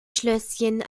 schlösschen